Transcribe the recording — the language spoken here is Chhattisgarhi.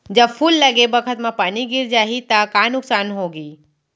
जब फूल लगे बखत म पानी गिर जाही त का नुकसान होगी?